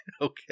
Okay